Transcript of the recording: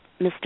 Mr